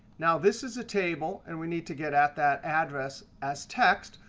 now this is a table. and we need to get at that address as text.